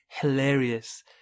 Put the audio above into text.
hilarious